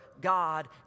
God